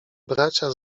bracia